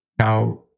Now